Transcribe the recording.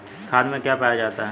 खाद में क्या पाया जाता है?